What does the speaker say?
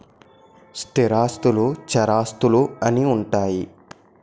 స్థిరాస్తులు చరాస్తులు అని ఉంటాయి